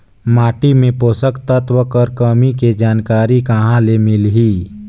माटी मे पोषक तत्व कर कमी के जानकारी कहां ले मिलही?